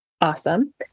awesome